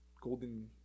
golden